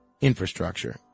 infrastructure